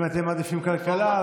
אם אתם מעדיפים את ועדת הכלכלה,